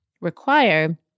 require